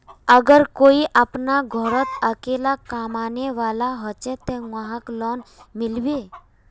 अगर कोई अपना घोरोत अकेला कमाने वाला होचे ते वहाक लोन मिलबे?